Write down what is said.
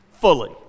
fully